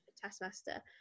Taskmaster